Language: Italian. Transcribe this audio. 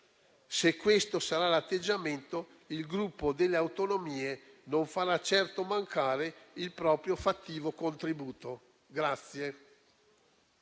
Se questo sarà l'atteggiamento, il Gruppo delle Autonomie non farà certo mancare il proprio fattivo contributo.